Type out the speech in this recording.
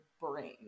brain